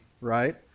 right